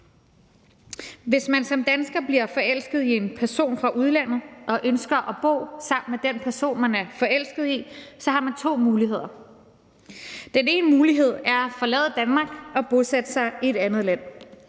Hvis man som dansker bliver forelsket i en person fra udlandet og ønsker at bo sammen med den person, man er forelsket i, har man to muligheder. Den ene mulighed er at forlade Danmark og bosætte sig i et andet land.